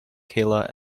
kayla